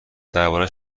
دربارش